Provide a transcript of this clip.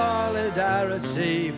Solidarity